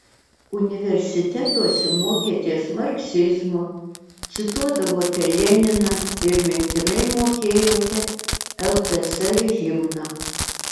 universitetuose mokėtės marksizmo cituodavote leniną ir mintinai mokėjote ltsr himną